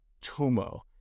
Tomo